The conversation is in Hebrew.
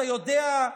אתה יודע,